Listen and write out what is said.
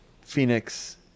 Phoenix